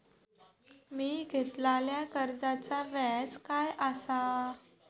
मी घेतलाल्या कर्जाचा व्याज काय आसा?